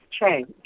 change